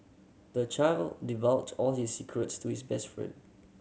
the child divulged all his secrets to his best friend